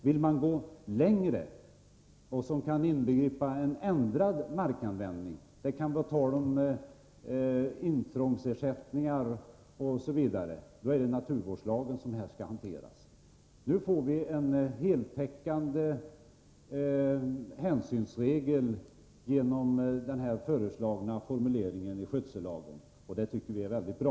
Vill man gå längre, till vad som kan inbegripa en ändrad markanvändning, t.ex. intrångsersättningar, är det naturvårdslagen som gäller. Nu får vi en heltäckande hänsynsregel genom denna föreslagna formulering i skötsellagen, och det tycker vi är mycket bra.